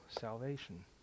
salvation